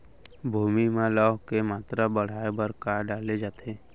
भूमि मा लौह के मात्रा बढ़ाये बर का डाले जाये?